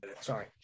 Sorry